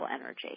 energy